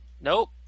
Nope